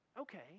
Okay